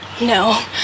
No